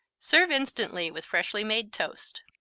serve instantly with freshly made toast.